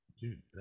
Dude